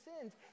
sins